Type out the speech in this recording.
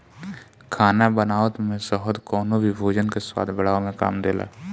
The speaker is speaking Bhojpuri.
खाना बनावत में शहद कवनो भी भोजन के स्वाद बढ़ावे में काम देला